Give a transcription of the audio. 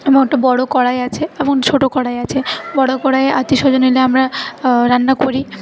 এবং একটা বড়ো কড়াই আছে এবং ছোটো কড়াই আছে বড়ো কড়াইয়ে আত্মীয়স্বজন এলে আমরা রান্না করি